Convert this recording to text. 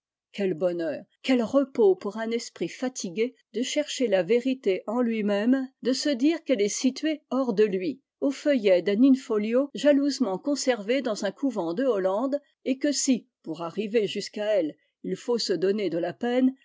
ouel bonheur quel repos pour un esprit fatigué de chercher la vérité en lui-même de se dire qu'elle est située hors de lui aux feuillets d'un in miojalousement conservé dans un couvent de hollande et que si pour arriver jusqu'à elle faut se donner de lapeine cette peine